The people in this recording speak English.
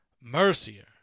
Mercier